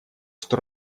что